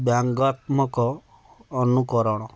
ବ୍ୟଙ୍ଗାତ୍ମକ ଅନୁକରଣ